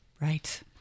right